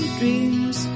dreams